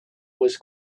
was